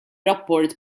rapport